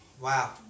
Wow